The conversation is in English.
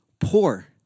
poor